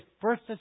first